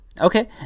Okay